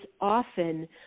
often